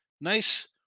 Nice